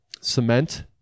Cement